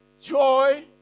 Joy